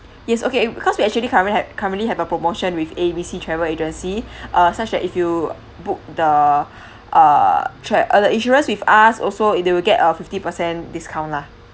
yes okay because we actually current had currently have a promotion with A B C travel agency uh such that if you book the uh tra~ uh the insurance with us also they will get a fifty percent discount lah